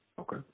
Okay